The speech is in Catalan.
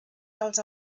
dels